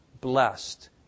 blessed